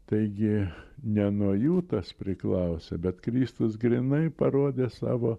taigi ne nuo jų tas priklausė bet kristus grynai parodė savo